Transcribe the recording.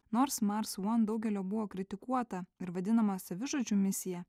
nors mars one daugelio buvo kritikuota ir vadinama savižudžių misija